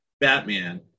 Batman